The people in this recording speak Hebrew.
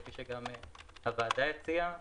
כפי שגם הוועדה הציעה.